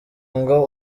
ngo